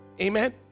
Amen